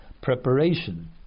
preparation